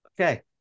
Okay